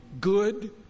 good